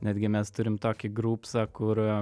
netgi mes turim tokį grupsą kur